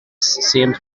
same